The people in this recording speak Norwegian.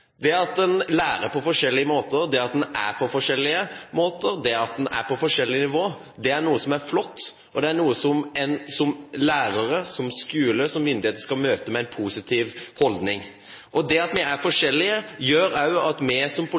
det er noe vi verdsetter. Det at man lærer på forskjellige måter, det at man er forskjellig, det at man er på forskjellig nivå, er noe som er flott, og det er noe som lærere, skole og myndigheter skal møte med en positiv holdning. Det at vi er forskjellige, gjør at vi som